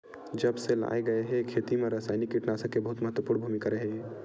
जब से लाए गए हे, खेती मा रासायनिक कीटनाशक के बहुत महत्वपूर्ण भूमिका रहे हे